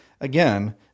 again